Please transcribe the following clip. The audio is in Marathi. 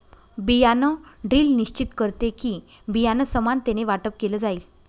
बियाण ड्रिल निश्चित करते कि, बियाणं समानतेने वाटप केलं जाईल